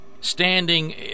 standing